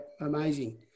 Amazing